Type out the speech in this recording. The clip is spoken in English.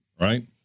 right